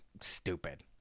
stupid